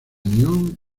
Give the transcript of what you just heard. unión